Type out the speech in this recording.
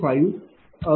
485945आहे